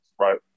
right